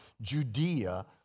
Judea